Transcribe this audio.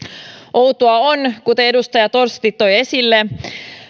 outoa on kuten edustaja torsti toi esille